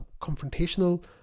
confrontational